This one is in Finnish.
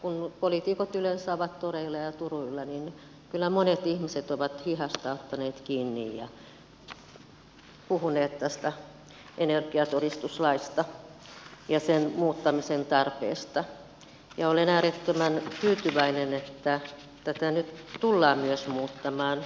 kun poliitikot yleensä ovat toreilla ja turuilla niin kyllä monet ihmiset ovat hihasta ottaneet kiinni ja puhuneet tästä energiatodistuslaista ja sen muuttamisen tarpeesta ja olen äärettömän tyytyväinen että tätä nyt tullaan myös muuttamaan